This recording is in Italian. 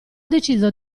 deciso